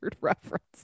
reference